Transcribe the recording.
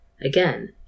Again